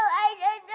i